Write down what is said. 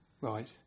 right